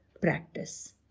practice